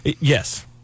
Yes